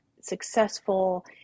successful